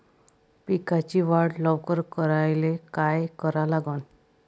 पिकाची वाढ लवकर करायले काय करा लागन?